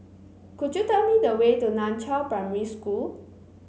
could you tell me the way to Nan Chiau Primary School